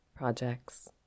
Projects